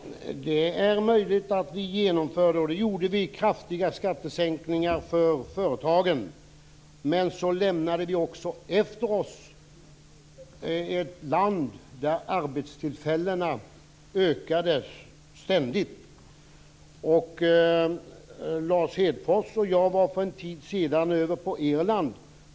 Herr talman! Det är möjligt att vi under den borgerliga regeringsperioden genomförde kraftiga skattesänkningar för företagen. Så var det. Men så lämnade vi också efter oss ett land där arbetstillfällena ständigt ökade. Lars Hedfors och jag var för en tid sedan över till Irland.